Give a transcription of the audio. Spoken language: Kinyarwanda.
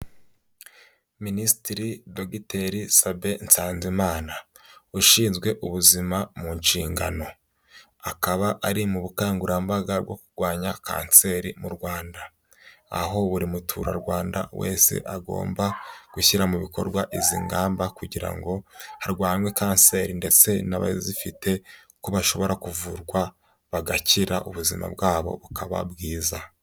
Minisitiri Dogiteri Sabin Nsanzimana. Ushinzwe ubuzima mu nshingano. Akaba ari mu bukangurambaga bwo kurwanya kanseri mu Rwanda. Aho buri muturarwanda wese agomba gushyira mu bikorwa izi ngamba kugira ngo harwanwe kanseri ndetse n'abazifite ko bashobora kuvurwa bagakira, ubuzima bwabo bukaba bwiza.